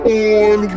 on